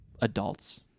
adults